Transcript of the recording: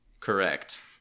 Correct